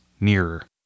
nearer